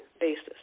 basis